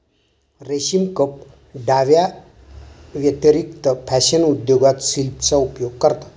रेशीम कपड्यांव्यतिरिक्त फॅशन उद्योगात सिल्कचा उपयोग करतात